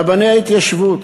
רבני ההתיישבות,